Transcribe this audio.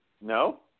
No